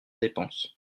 dépenses